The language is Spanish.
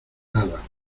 nada